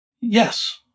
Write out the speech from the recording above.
Yes